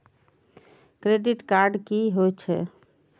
Credit card की होय छै?